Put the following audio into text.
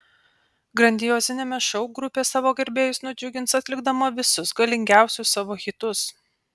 grandioziniame šou grupė savo gerbėjus nudžiugins atlikdama visus galingiausius savo hitus